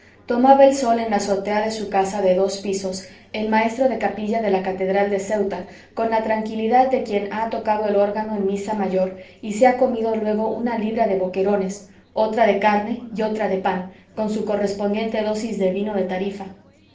tomaba el sol en la azotea de su casa de dos pisos el maestro de capilla de la catedral de ceuta con la tranquilidad de quien ha tocado el órgano en misa mayor y se ha comido luego una libra de boquerones otra de carne y otra de pan con su correspondiente dosis de vino de tarifa